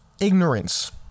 ignorance